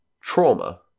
trauma